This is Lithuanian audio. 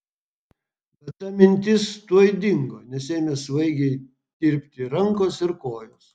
bet ta mintis tuoj dingo nes ėmė svaigiai tirpti rankos ir kojos